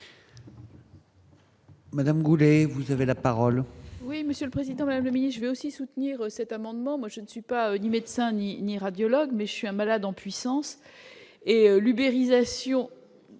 Madame Goulet, vous avez la parole. Oui, Monsieur le Président, même le milieu, je vais aussi soutenir cet amendement, moi je ne suis pas ni médecin ni ni radiologue mais je suis un malade en puissance et libéralisation